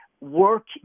work